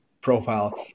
profile